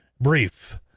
brief